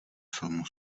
filmu